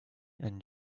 and